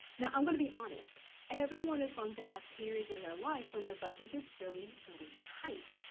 now i'm going to be honest everyone is going to have periods in their life when their budget gets really, really tight.